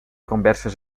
converses